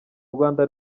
rwanda